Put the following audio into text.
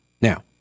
now